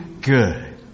good